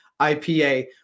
IPA